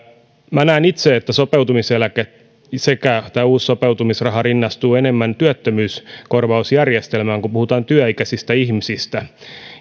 minä näen itse että sopeutumiseläke sekä tämä uusi sopeutumisraha rinnastuvat enemmän työttömyyskorvausjärjestelmään kun puhutaan työikäisistä ihmisistä